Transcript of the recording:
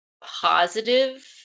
positive